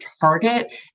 target